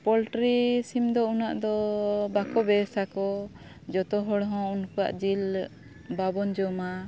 poultry ᱥᱤᱢ ᱫᱚ ᱩᱱᱟᱹᱜ ᱫᱚ ᱵᱟᱠᱚ ᱵᱮᱥᱟᱠᱚ ᱡᱚᱛᱚ ᱦᱚᱲ ᱦᱚᱸ ᱩᱱᱠᱩᱭᱟᱜ ᱡᱤᱞ ᱵᱟᱵᱚᱱ ᱡᱚᱢᱟ